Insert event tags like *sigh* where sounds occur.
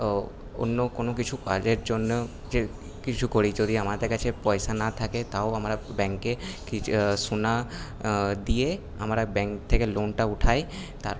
ও অন্য কোনো কিছু কাজের জন্যেও যে কিছু করি যদি আমাদের কাছে পয়সা না থাকে তাও আমরা ব্যাঙ্কে কি সোনা দিয়ে আমরা ব্যাঙ্ক থেকে লোনটা উঠাই *unintelligible*